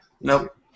Nope